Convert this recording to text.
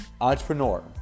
entrepreneur